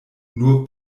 nur